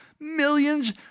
millions